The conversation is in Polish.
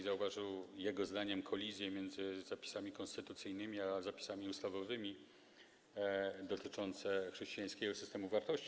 Zauważył, jego zdaniem, kolizję między zapisami konstytucyjnymi a zapisami ustawowymi dotyczącą chrześcijańskiego systemu wartości.